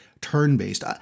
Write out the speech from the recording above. turn-based